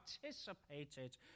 participated